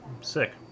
sick